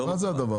לא.